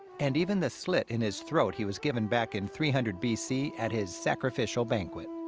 and even the slit in his throat he was given back in three hundred b c. at his sacrificial banquet.